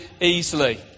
easily